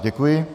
Děkuji.